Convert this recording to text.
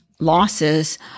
losses